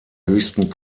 höchsten